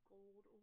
Gold